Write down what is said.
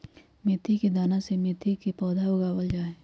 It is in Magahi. मेथी के दाना से मेथी के पौधा उगावल जाहई